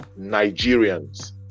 Nigerians